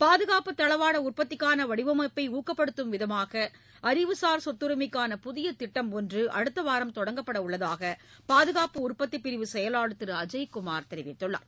பாதுகாப்பு தளவாட உற்பத்திக்கான வடிவமைப்பை ஊக்கப்படுத்தம் விதமாக அறிவுசார் சொத்தரிமைக்கான புதிய திட்டம் ஒன்று அடுத்த வாரம் தொடங்கப்பட உள்ளதாக பாதுகாப்பு உற்பத்தி பிரிவு செயலாளர் திரு அஜய்குமார் தெரிவித்துள்ளார்